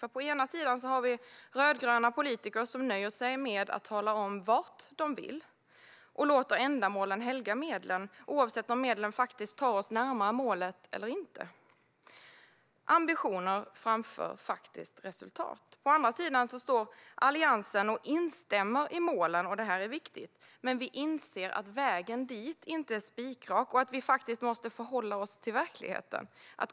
På den ena sidan har vi rödgröna politiker som nöjer sig med att tala om vart de vill och som låter ändamålen helga medlen, oavsett om medlen tar oss närmare målet eller inte - ambitioner framför faktiskt resultat. På den andra sidan står Alliansen. Vi instämmer i målen - det är viktigt - men vi inser att vägen dit inte är spikrak och att vi faktiskt måste förhålla oss till verkligheten.